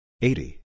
eighty